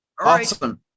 Awesome